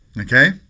Okay